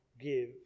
Give